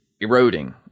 eroding